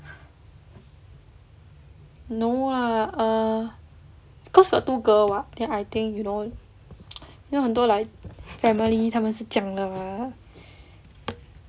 no lah err cause got two girl [what] then I think you know you know 很多 like family 他们是这样的